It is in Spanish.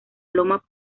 loma